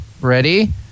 Ready